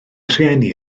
rhieni